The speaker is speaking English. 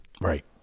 Right